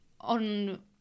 on